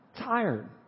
Tired